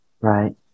Right